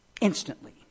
Instantly